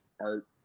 art